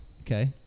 Okay